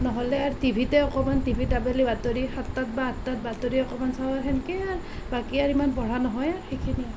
নহ'লে আৰু টিভিতে অকণমান টিভিতে বাতৰি সাতটাত বা আঠটাত বাতৰি অকণমান চাওঁ সেনেকেই আৰু বাকী আৰু সিমান পঢ়া নহয় আৰু সেইখিনিয়েই